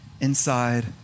inside